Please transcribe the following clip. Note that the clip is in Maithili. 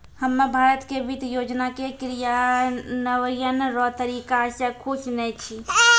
हम्मे भारत के वित्त योजना के क्रियान्वयन रो तरीका से खुश नै छी